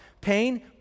Pain